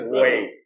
wait